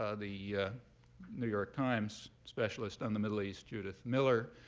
ah the new york times specialist on the middle east, judith miller,